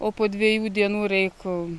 o po dviejų dienų reik